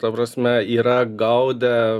ta prasme yra gaudę